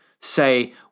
say